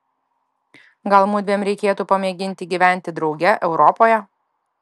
gal mudviem reikėtų pamėginti gyventi drauge europoje